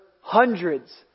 hundreds